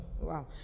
Wow